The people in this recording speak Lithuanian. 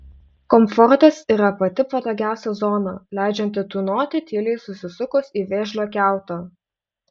komfortas yra pati patogiausia zona leidžianti tūnoti tyliai susisukus į vėžlio kiautą